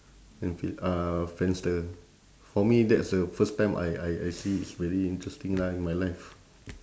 and fa~ uh friendster for me that's the first time I I I see it's very interesting lah in my life